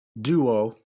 duo